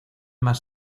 más